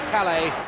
Calais